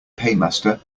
paymaster